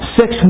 six